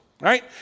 right